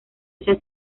echa